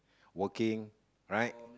working right